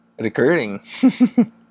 recurring